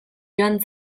joan